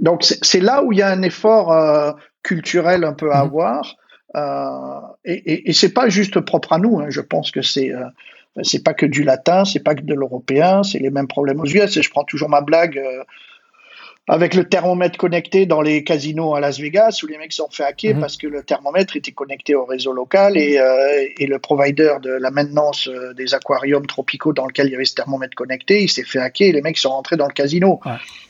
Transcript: Donc, c'est- c'est là où il y a un effort, euh, culturel un peu à Mmh. avoir. Euh, et- et- et c'est pas juste propre à nous, hein. Je pense que c'est, euh, c'est pas que du latin, c'est pas que de l'européen, c'est les mêmes problèmes aux U.S.. Et je prends toujours ma blague, euh, avec le thermomètre connecté dans les casinos à Las Vegas, où les mecs sont fait hacker Mmh. parce que le thermomètre était connecté au réseau local et, euh, et le provider de la maintenance, euh, des aquariums tropicaux dans lequel il y avait ce thermomètre connecté, il s'est fait hacker et les mecs sont rentrés dans le casino. Ouais.